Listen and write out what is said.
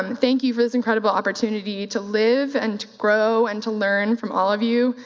um thank you for this incredible opportunity to live and to grow and to learn from all of you.